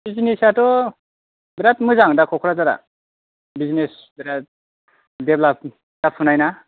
बिजनेसाथ' बिराद मोजां दा क'क्राझारा बिजनेस बेराद देबलाभ जाफुनायना